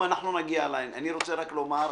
אני רוצה רק לומר,